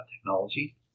technology